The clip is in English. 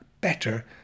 better